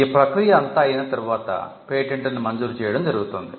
ఈ ప్రక్రియ అంతా అయిన తరువాత పేటెంట్ ను మంజూరు చేయడం జరుగుతుంది